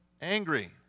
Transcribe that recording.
angry